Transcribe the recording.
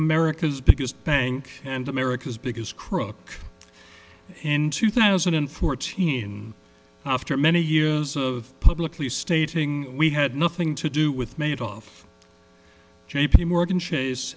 america's biggest bank and america's biggest crook in two thousand and fourteen after many years of publicly stating we had nothing to do with made it off j p morgan chase